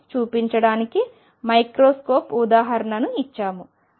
అని చూపించడానికి మైక్రోస్కోప్ ఉదాహరణను ఇచ్చాము